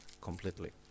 completely